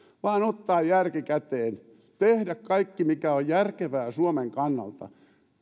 vaan ottaa järki käteen tehdä kaikki mikä on järkevää suomen kannalta